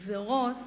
גזירות